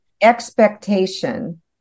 expectation